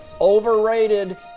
overrated